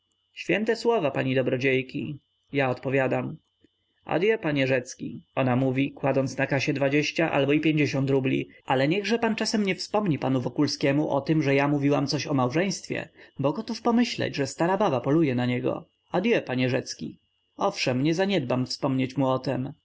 święte słowa pani dobrodziejki ja odpowiadam adieu panie rzecki ona mówi kładąc na kasie dwadzieścia albo i pięćdziesiąt rubli ale niechże pan czasem nie wspomni panu wokulskiemu o tem że ja mówiłam coś o małżeństwie bo gotów pomyśleć że stara baba poluje na niego adieu panie rzecki owszem nie zaniedbam wspomnieć mu